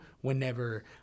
whenever